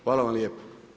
Hvala vam lijepa.